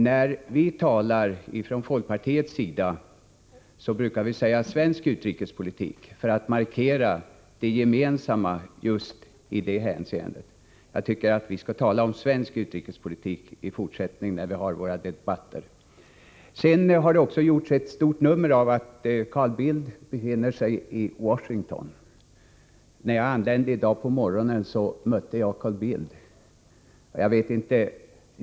När vi från folkpartiet talar i detta ämne brukar vi säga ”svensk utrikespolitik”, för att markera det gemensamma i detta hänseende. Jag tycker att vi alla i fortsättningen i våra debatter skall tala om svensk utrikespolitik. Det har gjorts ett stort nummer av att Carl Bildt befinner sig i Washington. När jag anlände i dag på morgonen, tyckte jag att jag mötte Carl Bildt.